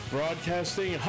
Broadcasting